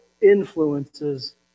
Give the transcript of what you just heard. influences